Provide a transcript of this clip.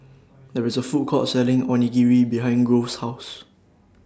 There IS A Food Court Selling Onigiri behind Grove's House